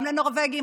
גם לנורבגים,